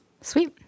Sweet